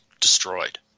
destroyed